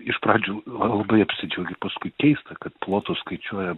iš pradžių labai apsidžiaugi paskui keista kad plotus skaičiuojam